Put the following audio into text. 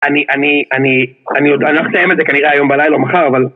אני, אני, אני, אני, אני הולך לתאם את זה כנראה היום בלילה או מחר אבל...